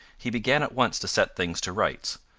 he began at once to set things to rights,